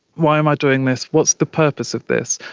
why am i doing this, what's the purpose of this?